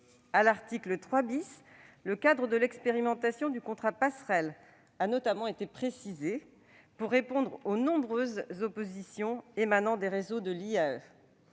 À l'article 3 , le cadre de l'expérimentation du « contrat passerelle » a notamment été précisé pour répondre aux nombreuses oppositions émanant des réseaux de l'IAE.